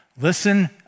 listen